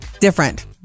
Different